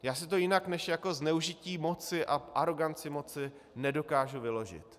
Já si to jinak než jako zneužití moci a aroganci moci nedokážu vyložit.